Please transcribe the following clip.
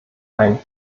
ein